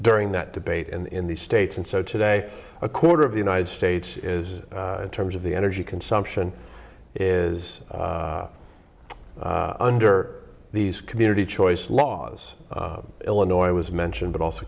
during that debate and in the states and so today a quarter of the united states is in terms of the energy consumption is under these community choice laws illinois was mentioned but also